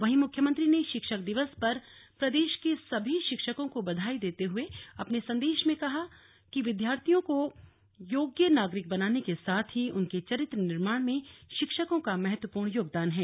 वहीं मुख्यमंत्री ने शिक्षक दिवस पर प्रदेश के सभी शिक्षकों को बधाई देते हुए अपने संदेश में कहा कि विद्यार्थियों को योग्य नागरिक बनाने के साथ ही उनके चरित्र निर्माण में शिक्षकों का महत्वपूर्ण योगदान है